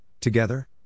together